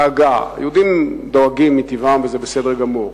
דאגה, יהודים דואגים מטבעם, וזה בסדר גמור,